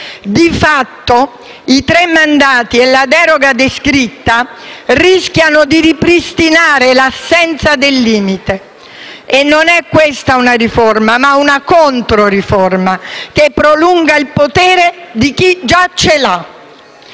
Di fatto, i tre mandati e la deroga descritta rischiano di ripristinare l'assenza del limite. E questa non è una riforma, ma è una controriforma, che prolunga il potere di chi l'ha